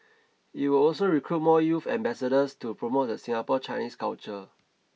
it will also recruit more youth ambassadors to promote the Singapore Chinese culture